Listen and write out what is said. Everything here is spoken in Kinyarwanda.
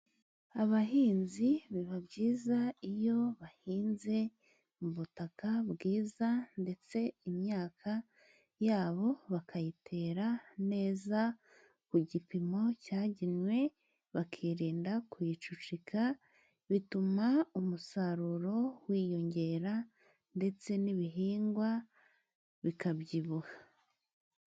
Abahinzi biba byiza iyo bahinze mu butaka bwiza, ndetse imyaka yabo bakayitera neza, ku gipimo cyagenwe, bakirinda kuyicucika, bituma umusaruro wiyongera， ndetse n'ibihingwa bikabyibuha.